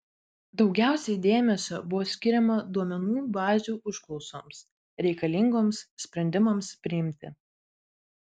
daugiausiai dėmesio buvo skiriama duomenų bazių užklausoms reikalingoms sprendimams priimti